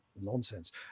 nonsense